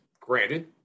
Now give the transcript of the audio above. Granted